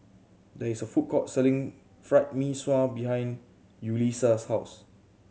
there is a food court selling Fried Mee Sua behind Yulisa's house